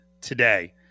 today